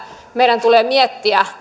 meidän tulee miettiä